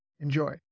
Enjoy